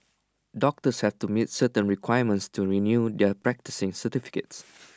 doctors have to meet certain requirements to renew their practising certificates